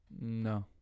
No